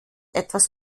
etwas